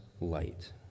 light